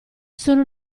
sono